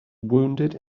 wounded